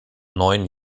neun